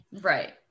Right